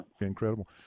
incredible